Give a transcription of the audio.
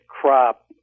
crop